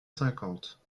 cinquante